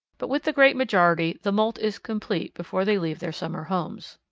but with the great majority the moult is complete before they leave their summer homes.